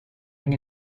nie